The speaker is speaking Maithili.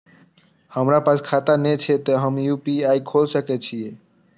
हमरा पास खाता ने छे ते हम यू.पी.आई खोल सके छिए?